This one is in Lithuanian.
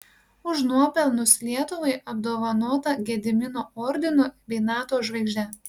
už nuopelnus lietuvai apdovanota gedimino ordinu bei nato žvaigžde